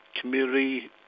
community